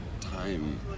time